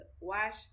Wash